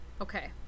Okay